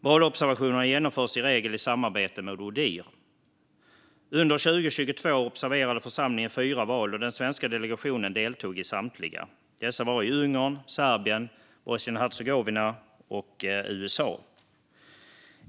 Valobservationerna genomförs i regel i samarbete med ODIHR. Under 2022 observerade församlingen fyra val, och den svenska delegationen deltog i samtliga. Dessa ägde rum i Ungern, Serbien, Bosnien och Hercegovina samt USA.